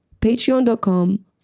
patreon.com